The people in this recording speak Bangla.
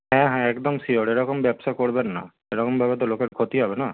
হ্যাঁ হ্যাঁ একদম শিওর এরকম ব্যবসা করবেন না এরকমভাবে তো লোকের ক্ষতি হবে না